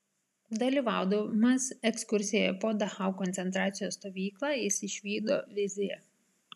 dalyvaudamas ekskursijoje po dachau koncentracijos stovyklą jis išvydo viziją